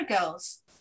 girls